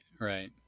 right